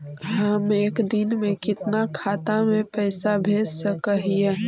हम एक दिन में कितना खाता में पैसा भेज सक हिय?